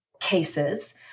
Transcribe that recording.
cases